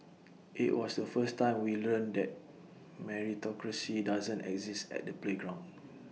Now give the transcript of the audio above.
IT was the first time we learnt that meritocracy doesn't exist at the playground